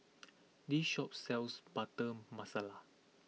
this shop sells Butter Masala